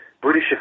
British